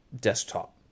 desktop